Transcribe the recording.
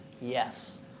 yes